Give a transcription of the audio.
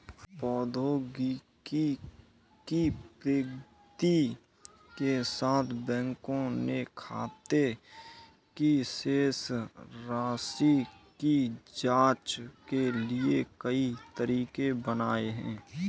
प्रौद्योगिकी की प्रगति के साथ, बैंकों ने खाते की शेष राशि की जांच के लिए कई तरीके बनाए है